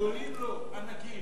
גדולים לא, ענקיים.